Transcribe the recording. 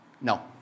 no